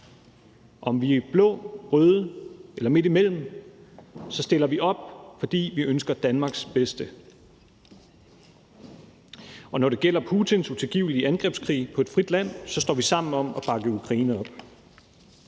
Om vi er blå, røde eller midtimellem, stiller vi op, fordi vi ønsker det bedste for Danmark. Og når det gælder Putins utilgivelige angrebskrig på et frit land, står vi sammen om at bakke Ukraine op.